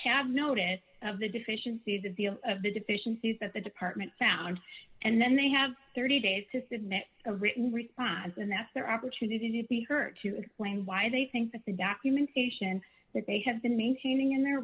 have notice of the deficiencies the deal of the deficiencies that the department found and then they have thirty days to submit a written response and that's their opportunity to be heard to explain why they think that the documentation that they have been maintaining in their